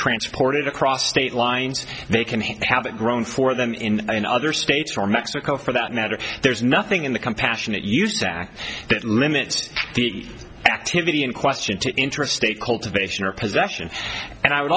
transported across state lines they can have it grown for them in other states or mexico for that matter there's nothing in the compassionate use act that limits the activity in question to interstate cultivation or possession and i would